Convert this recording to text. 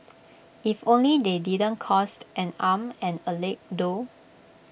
if only they didn't cost and arm and A leg though